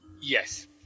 Yes